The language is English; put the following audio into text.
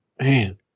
Man